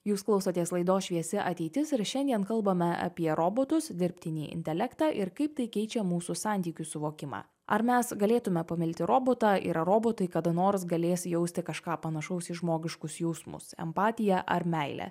jūs klausotės laidos šviesi ateitis ir šiandien kalbame apie robotus dirbtinį intelektą ir kaip tai keičia mūsų santykių suvokimą ar mes galėtume pamilti robotą ir ar robotai kada nors galės jausti kažką panašaus į žmogiškus jausmus empatiją ar meilę